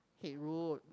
Haig-Road